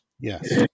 Yes